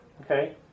Okay